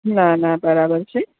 ના ના બરાબર છે